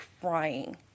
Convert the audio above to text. crying